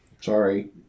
Sorry